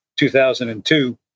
2002